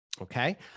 okay